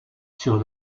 sur